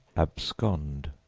abscond,